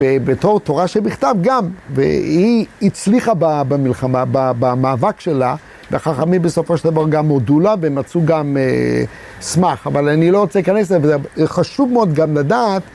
בתור תורה שבכתב גם, והיא הצליחה במלחמה, במאבק שלה, והחכמים בסופו של דבר גם הודו לה, ומצאו גם סמך. אבל אני לא רוצה להיכנס לזה, וזה חשוב מאוד גם לדעת.